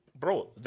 Bro